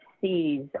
sees